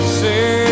say